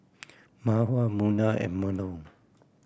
Mawar Munah and Melur